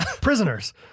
prisoners